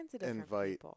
invite